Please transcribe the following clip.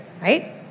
right